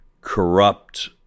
corrupt